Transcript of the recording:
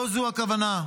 לא זאת הכוונה.